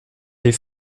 les